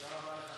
תודה רבה לך,